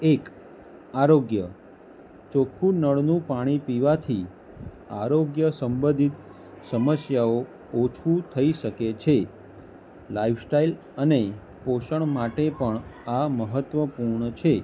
એક આરોગ્ય ચોખ્ખું નળનું પાણી પીવાથી આરોગ્ય સંબંધિત સમસ્યાઓ ઓછું થઈ શકે છે લાઈફ સ્ટાઈલ અને પોષણ માટે પણ આ મહત્ત્વપૂર્ણ છે